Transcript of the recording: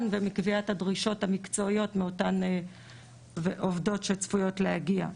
ומקביעת הדרישות המקצועיות מאותן עובדות שצפויות להגיע.